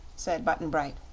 said button-bright.